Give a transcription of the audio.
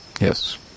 Yes